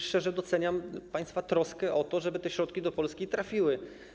Szczerze doceniam państwa troskę o to, żeby te środki do Polski trafiły.